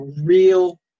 real